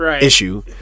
issue